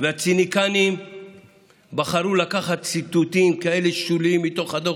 והציניקנים בחרו לקחת ציטוטים כאלה שוליים מתוך הדוח,